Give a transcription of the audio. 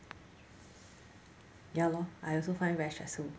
ya lor I also find very stressful